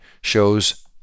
shows